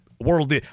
world